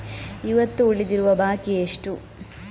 ಇವತ್ತು ಉಳಿದಿರುವ ಬಾಕಿ ಎಷ್ಟು?